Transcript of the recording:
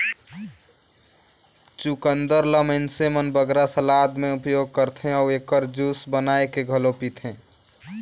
चुकंदर ल मइनसे मन बगरा सलाद में उपयोग करथे अउ एकर जूस बनाए के घलो पीथें